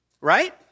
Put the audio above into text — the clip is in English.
Right